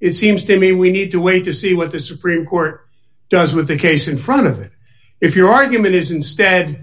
it seems to me we need to wait to see what the supreme court does with the case in front of it if your argument is instead